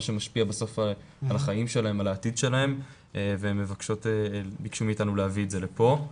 שמשפיע בסוף על עתידן וחייהן והן ביקשו מאתנו להביא את זה לכאן.